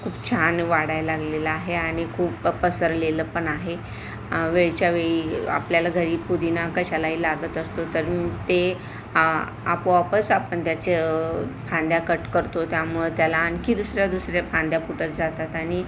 खूप छान वाढायला लागलेलं आहे आणि खूप पसरलेलं पण आहे वेळच्या वेळी आपल्याला घरी पुदिना कशालाही लागत असतो तर मग ते आ आपोआपच आपण त्याच्या फांद्या कट करतो त्यामुळं त्याला आणखी दुसऱ्या दुसऱ्या फांद्या फुटत जातात आणि